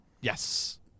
Yes